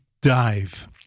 Dive